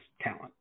talent